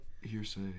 Hearsay